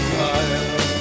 fire